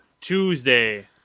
Tuesday